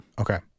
okay